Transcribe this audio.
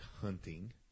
hunting